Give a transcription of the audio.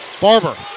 Barber